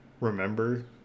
remember